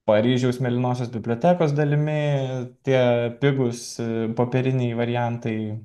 paryžiaus mėlynosios bibliotekos dalimi tie pigūs popieriniai variantai